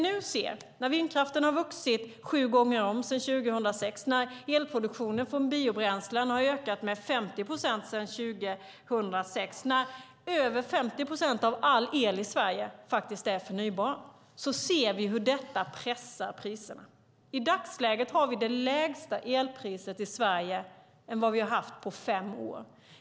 Att vindkraften har vuxit sju gånger om sedan 2006, att elproduktionen från biobränslen har ökat med 50 procent sedan 2006 och att över 50 procent av all el i Sverige är förnybar pressar priserna. I dagsläget har vi det lägsta elpriset i Sverige på fem år.